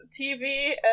TV